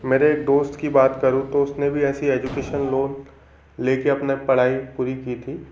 मेरे एक दोस्त की बात करूँ तो उसने भी ऐसे एजुकेशन लोन लेके अपने पढाई पूरी की थी